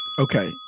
okay